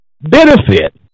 benefit